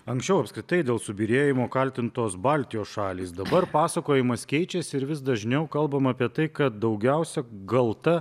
anksčiau apskritai dėl subyrėjimo kaltintos baltijos šalys dabar pasakojimas keičiasi ir vis dažniau kalbama apie tai kad daugiausia galta